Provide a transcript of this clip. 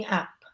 app